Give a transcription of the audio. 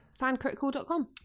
fancritical.com